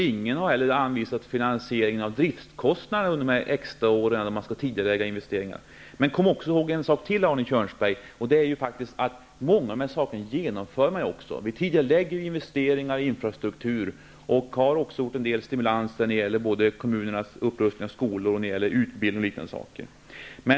Ingen har heller anvisat finansieringen av driftskostnaderna under extraåren, när man skall tidigarelägga investeringar. Kom ihåg en sak, Arne Kjörnsberg. Många av dessa projekt genomförs. Vi tidigarelägger investeringar i infrastruktur och har lämnat en del stimulanser till kommuneras upprustning av skolor, utbildning osv.